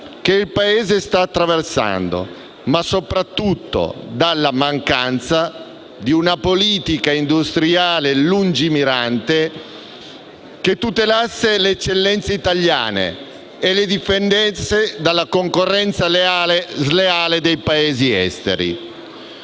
che il Paese sta attraversando ma soprattutto dalla mancanza di una politica industriale lungimirante che tutelasse le eccellenze italiane e le difendesse dalla concorrenza sleale dei Paesi esteri.